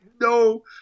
no